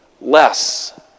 less